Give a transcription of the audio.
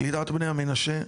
קליטת בני המנשה,